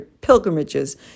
pilgrimages